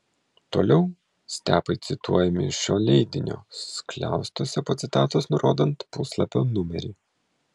toliau stepai cituojami iš šio leidinio skliaustuose po citatos nurodant puslapio numerį